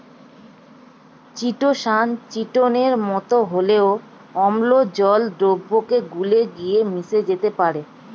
chitosan চিটোনের মতো হলেও অম্ল জল দ্রাবকে গুলে গিয়ে মিশে যেতে পারে